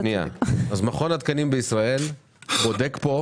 מכון התקנים בישראל בודק כאן